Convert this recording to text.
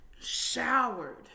showered